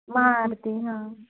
महाआरती हां